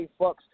fucks